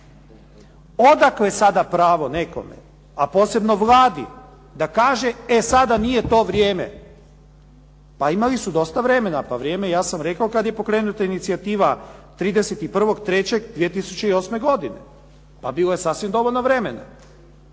Odakle sada pravo nekome, a posebno Vladi da kaže e sada nije to vrijeme. Pa imali su dosta vremena, pa vrijeme, ja sam i rekao kada je pokrenuta inicijativa, 31. 3. 2008. godine. Pa bilo je sasvim dovoljno vremena.